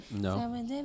No